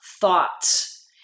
thoughts